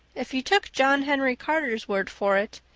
if you took john henry carter's word for it,